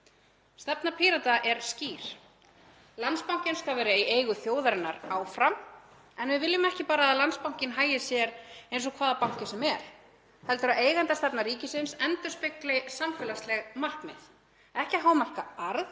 Stefna Pírata er skýr. Landsbankinn skal vera í eigu þjóðarinnar áfram en við viljum ekki bara að Landsbankinn hagi sér eins og hvaða banki sem er heldur að eigendastefna ríkisins endurspegli samfélagsleg markmið, ekki að hámarka arð